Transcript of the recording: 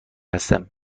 هستم